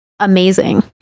Amazing